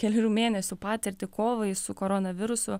kelerių mėnesių patirtį kovai su koronavirusu